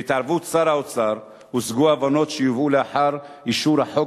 בהתערבות שר האוצר הושגו הבנות שיובאו לאחר אישור הצעת